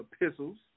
epistles